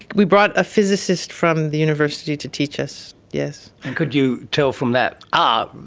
we brought a physicist from the university to teach us, yes. and could you tell from that, ah,